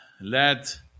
Let